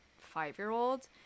five-year-old